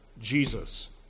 Jesus